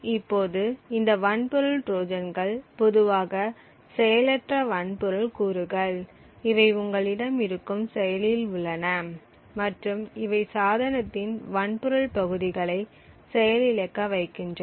இப்போது இந்த வன்பொருள் ட்ரோஜான்கள் பொதுவாக செயலற்ற வன்பொருள் கூறுகள் இவை உங்களிடம் இருக்கும் செயலியில் உள்ளன மற்றும் இவை சாதனத்தின் வன்பொருள் பகுதிகளை செயலிழக்க வைக்கின்றன